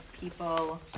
people